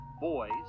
boys